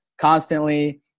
constantly